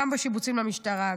גם בשיבוצים למשטרה,